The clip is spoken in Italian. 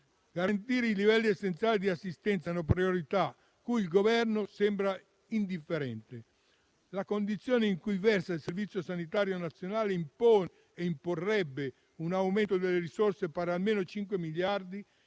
Garantire i livelli essenziali di assistenza è una priorità cui il Governo sembra indifferente. La condizione in cui versa il Servizio sanitario nazionale imporrebbe un aumento delle risorse pari almeno a 5 miliardi